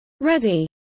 Ready